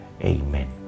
Amen